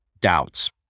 Doubts